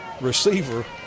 receiver